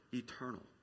eternal